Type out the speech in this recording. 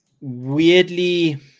weirdly